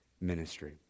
ministry